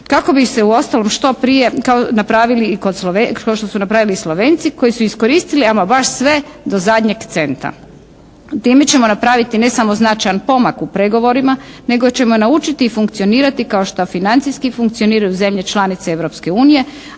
i kod, kao što su napravili i Slovenci koji su iskoristili ama baš sve do zadnjeg centa. Time ćemo napraviti ne samo značajan pomak u pregovorima nego ćemo naučiti i funkcionirati kao što financijski funkcioniraju zemlje članice